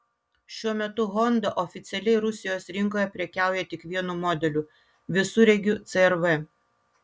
šiuo metu honda oficialiai rusijos rinkoje prekiauja tik vienu modeliu visureigiu cr v